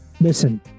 listen